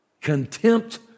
contempt